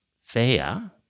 fair